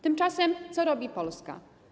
Tymczasem co robi Polska?